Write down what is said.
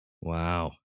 Wow